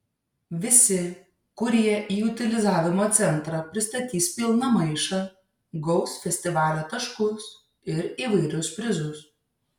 visi kurie į utilizavimo centrą pristatys pilną maišą gaus festivalio taškus ir įvairius prizus